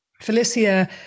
Felicia